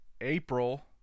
april